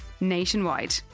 nationwide